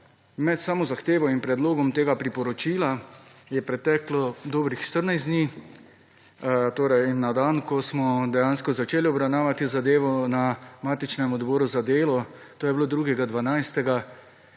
med samo zahtevo in predlogom tega priporočila je preteklo dobrih 14 dni, torej na dan, ko smo dejansko začeli obravnavati zadevo na matičnem odboru za delo, to je bilo 2.12. že